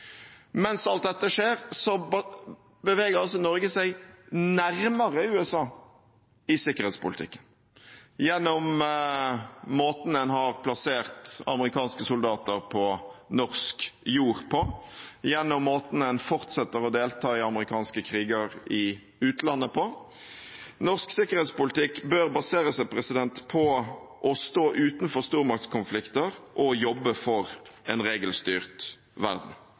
Mens alt dette skjer, beveger Norge seg nærmere USA i sikkerhetspolitikken – gjennom måten en har plassert amerikanske soldater på norsk jord på, gjennom måten en fortsetter å delta i amerikanske kriger i utlandet på. Norsk sikkerhetspolitikk bør basere seg på å stå utenfor stormaktskonflikter og jobbe for en regelstyrt verden.